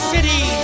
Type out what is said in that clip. City